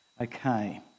Okay